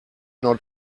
not